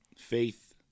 Faith